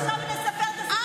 חבר הכנסת שירי, דבר.